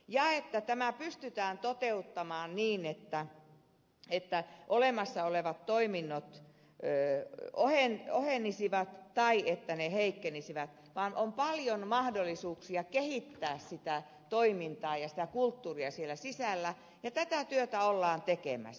ja tämä pystytään toteuttamaan ilman että olemassa olevat toiminnot ohenisivat tai että ne heikkenisivät vaan on paljon mahdollisuuksia kehittää sitä toimintaa ja sitä kulttuuria siellä sisällä ja tätä työtä ollaan tekemässä